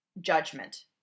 judgment